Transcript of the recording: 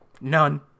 None